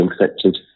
infected